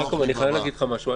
יעקב, אני חייב להגיד לך משהו.